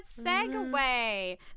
segue